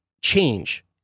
change